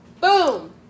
Boom